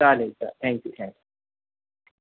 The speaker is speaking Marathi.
चालेल चालेल थँक्यू थँक्यू